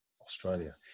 Australia